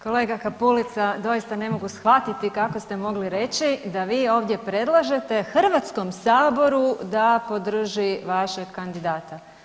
Kolega Kapulica, doista ne mogu shvatiti kako ste mogli reći da vi ovdje predlažete Hrvatskom saboru da podrži vašeg kandidata.